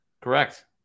Correct